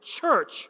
church